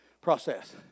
process